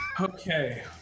Okay